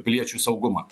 piliečių saugumą